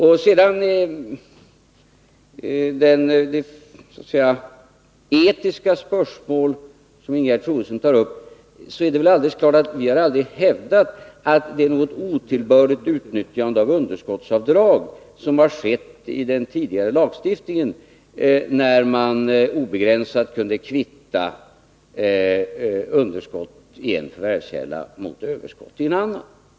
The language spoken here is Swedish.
När det gäller det så att säga etiska spörsmål som Ingegerd Troedsson tar upp är det väl alldeles klart att vi aldrig har hävdat att det är något otillbörligt utnyttjande av underskottsavdrag som skett enligt den tidigare lagstiftningen när man obegränsat kunde kvitta underskott i en förvärvskälla mot överskott i en annan.